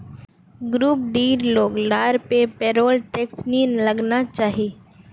group डीर लोग लार पर पेरोल टैक्स नी लगना चाहि